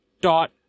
dot